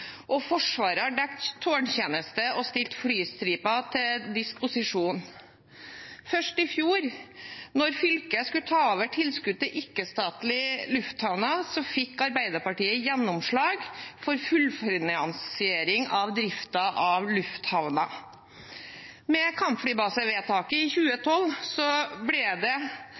og Forsvaret har dekket tårntjeneste og stilt flystriper til disposisjon. Først i fjor, da fylket skulle ta over tilskudd til ikke-statlige lufthavner, fikk Arbeiderpartiet gjennomslag for fullfinansiering av driften av lufthavnen. Med kampflybasevedtaket i 2012 ble det